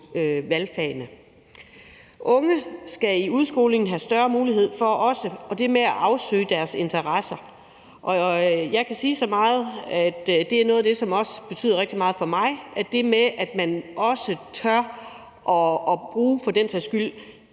valgfagene. De unge skal i udskolingen have større mulighed for det med at afsøge deres interesser. Jeg kan sige så meget, at det er noget af det, som betyder rigtig meget for mig, altså det med, at man også tør bruge det lokale